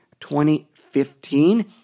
2015